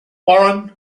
warren